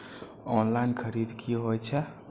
Online खरीद की होए छै?